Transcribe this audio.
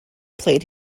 played